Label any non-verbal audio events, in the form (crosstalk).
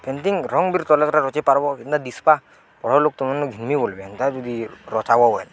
painting ରଙ୍ଗ ବି ତଲାତା ରଚି ପାର୍ବ ଏନ୍ତା ଦିଶ୍ବା ପଢ଼ର ଲୋକ (unintelligible) ଏନ୍ତା ଯଦି ରଚାବ ବଲେ